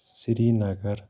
Srinagar